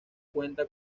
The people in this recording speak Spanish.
cuenta